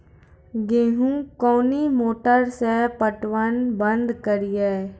गेहूँ कोनी मोटर से पटवन बंद करिए?